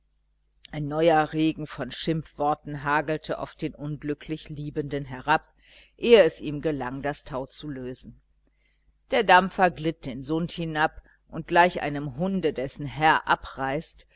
ein neuer regen von schimpfworten hagelte auf den unglücklich liebenden herab ehe es ihm gelang das tau zu lösen der dampfer glitt den sund hinab und gleich einem hunde dessen herr abreist